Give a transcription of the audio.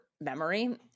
memory